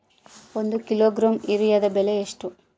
ಒಂದು ಕಿಲೋಗ್ರಾಂ ಯೂರಿಯಾದ ಬೆಲೆ ಎಷ್ಟು?